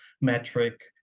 metric